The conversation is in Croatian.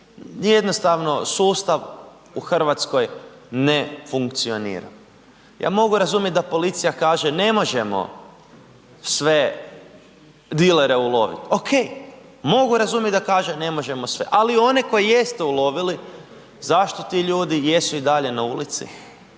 Jednostavno sustav u Hrvatskoj ne funkcionira. Ja mogu razumjeti da policija kaže ne možemo sve dilere uloviti, ok, mogu razumjet da kaže ne možemo sve, ali one koje jeste ulovili zašto ti ljudi jesu i dalje na ulici.